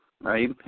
right